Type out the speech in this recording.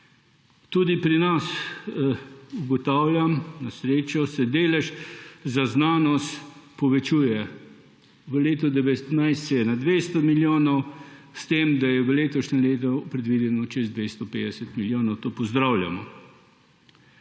Tudi pri nas, ugotavljam, na srečo se delež za znanost povečuje. V letu 2019 se je na 200 milijonov, s tem da je v letošnjem letu predvideno čez 250 milijonov. To pozdravljamo.